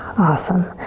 awesome.